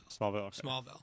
Smallville